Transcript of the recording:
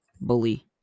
Bully